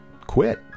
quit